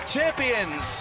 Champions